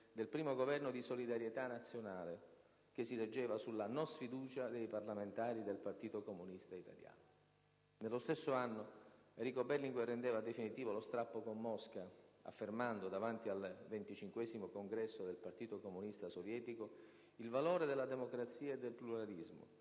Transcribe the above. del primo Governo di «solidarietà nazionale», che si reggeva sulla «non sfiducia» dei parlamentari del Partito Comunista Italiano. Nello stesso anno, Enrico Berlinguer rendeva definitivo lo strappo con Mosca, affermando, davanti al XXV Congresso del Partito Comunista sovietico, il valore della democrazia e del pluralismo,